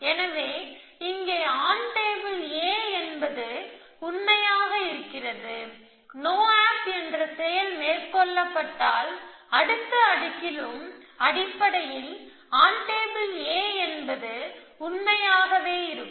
எனவே இங்கே on table A என்பது உண்மையாக இருக்கிறது நோ ஆப் என்ற செயல் மேற்கொள்ளப்பட்டால் அடுத்த அடுக்கிலும் அடிப்படையில் ஆன் டேபிள் A என்பது உண்மையாகவே இருக்கும்